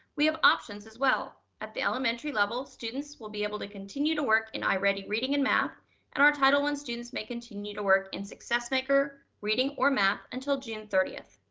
we have options as well. at the elementary level, students will be able to continue to work in iready reading and math and our title one students may continue to work in successmaker reading or math until june thirtieth.